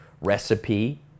recipe